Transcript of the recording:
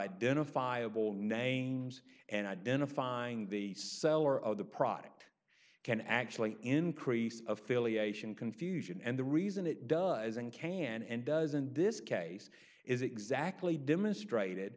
identifiable names and identifying the seller of the product can actually increase affiliation confusion and the reason it does and can and does in this case is exactly demonstrated